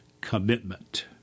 commitment